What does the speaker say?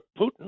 Putin